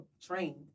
trained